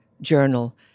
journal